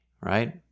Right